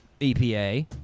epa